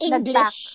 English